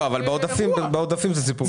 אבל בעודפים זה סיפור קטן.